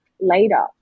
later